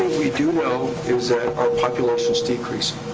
we do know is that our population's decreasing.